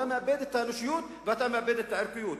אתה מאבד את האנושיות ואתה מאבד את הערכיות.